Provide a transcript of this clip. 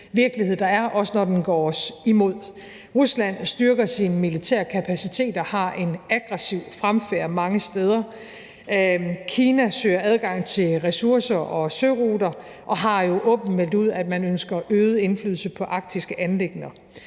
virkelighed, der er, også når den går os imod. Rusland styrker sin militære kapacitet og har en aggressiv fremfærd mange steder. Kina søger adgang til ressourcer og søruter og har åbent meldt ud, at man ønsker øget indflydelse på arktiske anliggender.